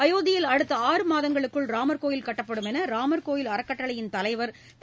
அயோத்தியில் அடுத்த ஆறு மாதங்களுக்குள் ராமர் கோயில் கட்டப்படும் என்று ராமர் கோயில் அறக்கட்டளையின் தலைவர் திரு